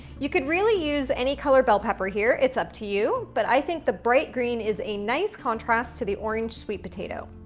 you could really use any color bell pepper here. it's up to you. but i think the bright green is a nice contrast to the orange sweet potato.